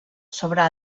sobre